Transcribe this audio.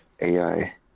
AI